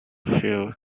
fuel